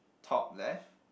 top left